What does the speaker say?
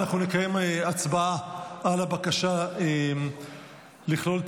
אנחנו נקיים הצבעה על הבקשה לכלול את